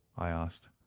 i asked.